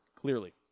clearly